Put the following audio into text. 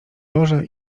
boże